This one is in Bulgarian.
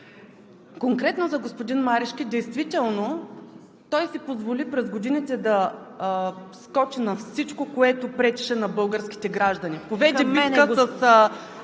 Конкретно за господин Марешки. Действително той си позволи през годините да скочи на всичко, което пречеше на българските граждани. Поведе битка с...